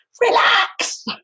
relax